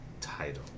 title